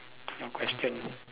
your question ah